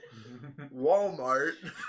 Walmart